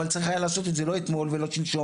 אבל צריך היה לעשות את זה לא אתמול ולא שלשום,